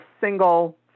single